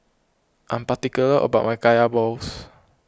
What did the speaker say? I am particular about my Kaya Balls